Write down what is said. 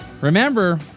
remember